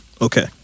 Okay